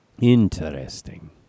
Interesting